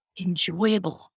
enjoyable